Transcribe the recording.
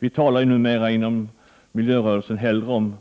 Vi talar numera inom miljörörelsen hellre om